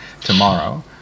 tomorrow